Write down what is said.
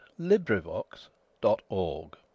Librivox.org